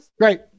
Great